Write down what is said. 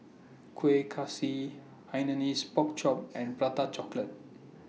Kueh Kaswi Hainanese Pork Chop and Prata Chocolate